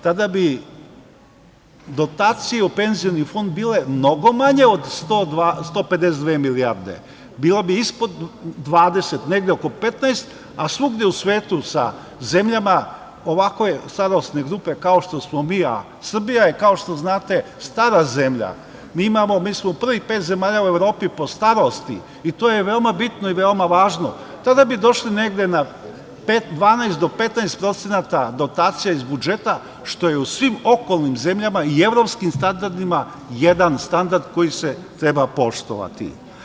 Tada bi dotacije u Penzioni fond bile mnogo manje od 152 milijarde, bile bi ispod 20, negde oko 15, a svugde u svetu sa zemljama ovakve starosne grupe kao što smo mi, a Srbija je kao što znate stara zemlji, mi smo u prvih pet zemalja u Evropi po starosti i to je veoma bitno i veoma važno, tada bi došli negde na 12% do 15 % dotacija iz budžeta, što je u svim okolnim zemljama i evropskim standardima jedan standard koji se treba poštovati.